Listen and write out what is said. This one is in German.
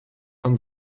von